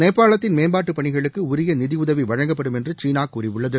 நேபாளத்தின் மேம்பாட்டுப் பணிகளுக்கு உரிய நிதியுதவி வழங்கப்படும் என்று சீனா கூறியுள்ளது